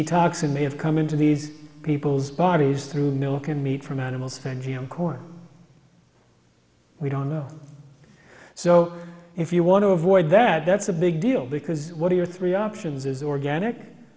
bt talks in may have come into these people's bodies through milk and meat from animals for g m corn we don't know so if you want to avoid that that's a big deal because what are your three options as organic